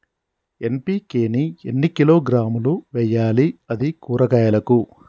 NPK ని ఎన్ని కిలోగ్రాములు వెయ్యాలి? అది కూరగాయలకు?